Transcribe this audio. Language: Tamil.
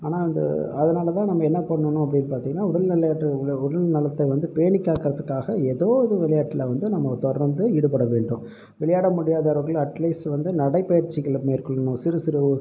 ஆனால் அது அதனால் தான் நம்ம என்ன பண்ணனும் அப்படின்னு பார்த்திங்கனா உடல் உடல் நலத்தை வந்து பேணி காக்கறத்துக்காக ஏதோ ஒரு விளையாட்டுல வந்து நம்ம தொடர்ந்து ஈடுபட வேண்டும் விளையாட முடியாதவர்கள் அட்லீஸ்ட் வந்து நடைப்பயிற்சிகளை மேற்கொள்ளணும் சிறு சிறு